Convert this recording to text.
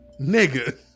nigga